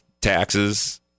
taxes